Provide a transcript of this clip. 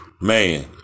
Man